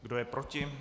Kdo je proti?